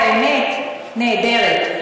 והאמת תהא נעדרת".